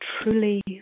truly